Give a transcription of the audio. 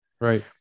right